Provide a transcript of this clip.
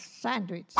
sandwich